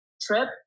trip